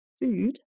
food